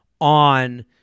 on